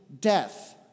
death